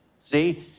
See